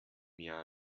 jahr